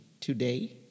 today